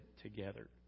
together